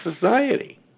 society